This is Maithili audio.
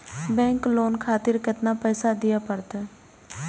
बैंक लोन खातीर केतना पैसा दीये परतें?